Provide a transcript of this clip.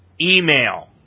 email